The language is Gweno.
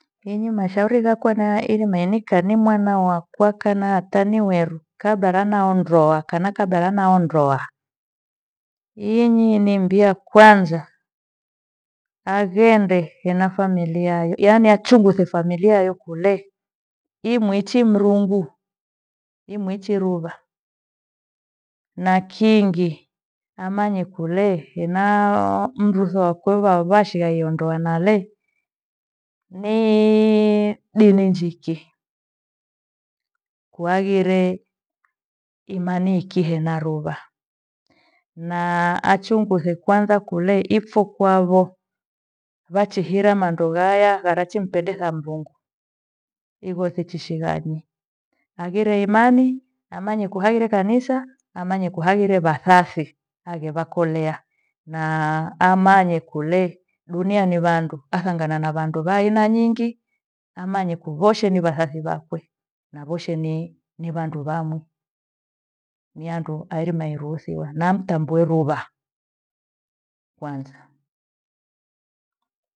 Inyi mashauri ghakwa na nairima inika ni mwana wakwa kana ata ni weru. kabla ghana ondoa kana kabla nao ndoa. Inyi nimbia kwanza, aghende hena familia, yaani achunguze familia yukule imuichi mrungu, imuichi ruva. Na kingi amanye kule ena- aa mrutho wakwe va- vashigha io ndoa nale. dini njiki, wagire imani iki henaruva na achughuze kwanza kule ipho kwavo wachihira mandoghaya varachimpendesa mrungu. Igho sichi shighani hagire imani amanye kuhairo kanisa, amanye kuhaghire vathasi hage vakolea na- a amani kule. Dunia ni vandu achaghamane na vandu va aina nyingi amanye kuvoshe ni vathathi vakwe na voshe ni- ni vandu vanu. Nihandu haerima eeruhusiwa na mtambue ruva kwanza.